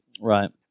Right